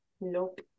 Nope